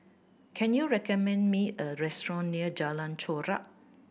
can you recommend me a restaurant near Jalan Chorak